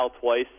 twice